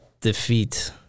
defeat